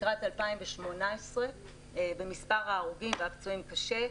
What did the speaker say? לקראת 2018 במספר ההרוגים והפצועים קשה,